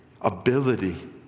ability